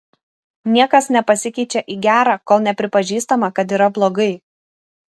niekas nepasikeičia į gerą kol nepripažįstama kad yra blogai